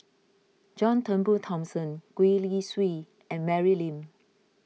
John Turnbull Thomson Gwee Li Sui and Mary Lim